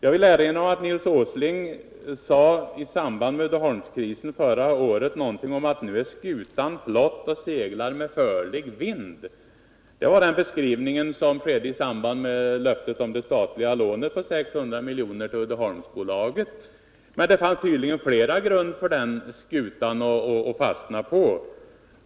Nils Åsling sade i samband med Uddeholmskrisen förra året att nu är skutan flott och seglar med förlig vind. 153 Det var den beskrivning som gavs i samband med löftet om det statliga lånet på 600 milj.kr. till Uddeholmsbolaget. Men det fanns tydligen flera grund som den skutan kunde fastna på.